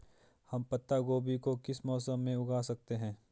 हम पत्ता गोभी को किस मौसम में उगा सकते हैं?